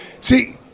see